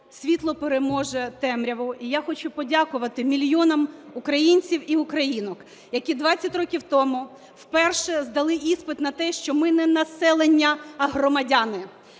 світло переможе темряву. І я хочу подякувати мільйонам українців і українок, які 20 років тому вперше здали іспит на те, що ми не населення, а громадяни,